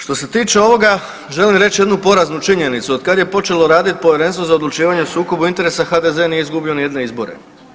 Što se tiče ovoga želim reći jednu poraznu činjenicu, od kad je počelo raditi Povjerenstvo za odlučivanje o sukobu interesa, HDZ nije izgubio ni jedne izbore.